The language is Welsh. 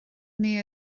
neu